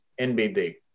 NBD